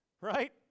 right